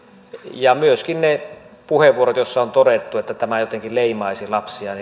ja minusta olisi hyvä että voitaisiin tunnustaa että myöskin ne puheenvuorot joissa on todettu että tämä jotenkin leimaisi lapsia